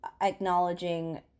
acknowledging